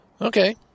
Okay